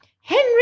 Henry